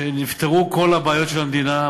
שנפתרו כל הבעיות של המדינה,